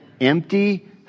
empty